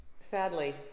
sadly